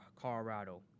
Colorado